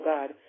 God